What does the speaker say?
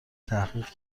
تحقیق